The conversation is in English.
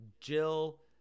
jill